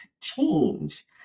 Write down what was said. change